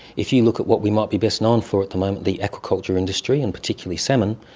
if you look at what we might be best known for at the moment, the aquaculture industry and particularly salmon,